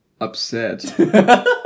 upset